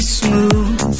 smooth